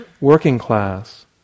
working-class